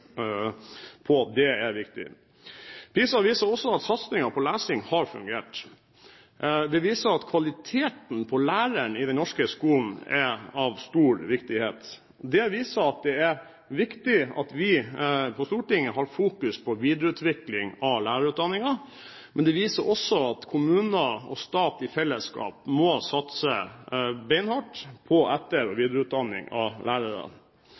Det er viktig. PISA viser også at satsingen på lesing har fungert. Det viser at kvaliteten på læreren i den norske skolen er av stor viktighet, det viser at det er viktig at vi på Stortinget har fokus på videreutvikling av lærerutdanningen, men det viser også at kommunene og staten i fellesskap må satse beinhardt på etter- og videreutdanning av lærere.